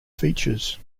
features